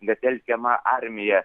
net telkiama armija